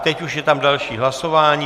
Teď už je tam další hlasování, 187.